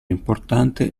importante